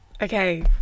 Okay